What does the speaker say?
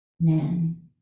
men